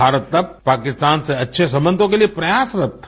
भारत तब पाकिस्तान से अच्छे संबंधों के लिए प्रयासरत था